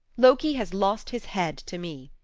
loki has lost his head to me.